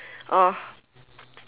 oh